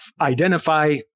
identify